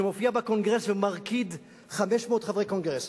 שמופיע בקונגרס ומרקיד 500 חברי קונגרס,